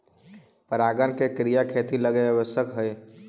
परागण के क्रिया खेती लगी आवश्यक हइ